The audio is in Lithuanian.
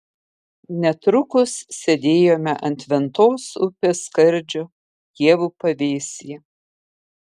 netrukus sėdėjome ant ventos upės skardžio ievų pavėsyje